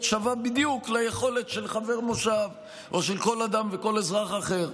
שווה בדיוק ליכולת של חבר מושב או של כל אדם וכל אזרח אחר.